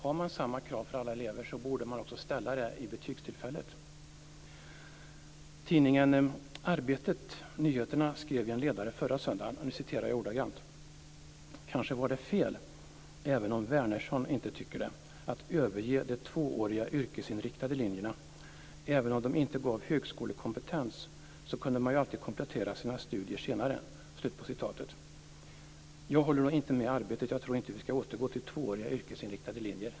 Har man samma krav för alla elever borde man också ställa de kraven vid betygstillfället. Tidningen Arbetet Nyheterna skrev i en ledare förra söndagen: Kanske var det fel, även om Wärnersson inte tycker det, att överge de tvååriga yrkesinriktade linjerna. Även om de inte gav högskolekompetens, kunde man alltid komplettera sina studier senare. Jag håller inte med Arbetet. Jag tror inte att vi skall återgå till tvååriga yrkesinriktade linjer.